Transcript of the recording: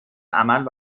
عمل